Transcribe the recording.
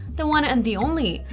the one and the only,